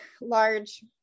large